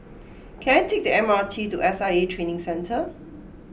can I take the M R T to S I A Training Centre